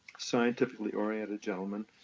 scientifically-oriented gentleman,